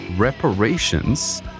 Reparations